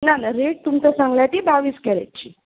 ना ना रेट तुमकां सांगल्या ती बावीस कॅरटची